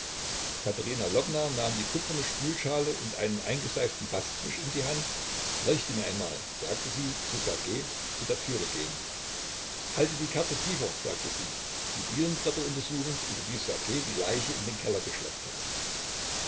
katerina lwowna nahm die kupferne spülschale und einen eingeseiften bastwisch in die hand leuchte mir einmal sagte sie zu ssergej zu der türe gehend halte die kerze tiefer sagte sie die dielenbretter untersuchend über die ssergej die leiche in den keller geschleppt hatte